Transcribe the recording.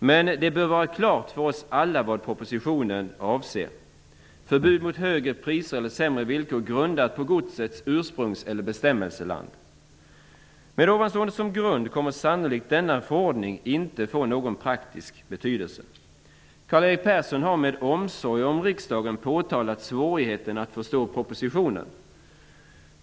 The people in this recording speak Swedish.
Men det bör vara klart för oss alla vad propositionen avser, nämligen förbud mot högre priser eller sämre villkor grundat på godsets ursprungs eller bestämmelseland. Med ovanstående som grund, kommer sannolikt denna förordning inte att få någon praktisk betydelse. Karl-Erik Persson har med omsorg om riksdagen påtalat svårigheten att förstå propositionen.